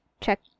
check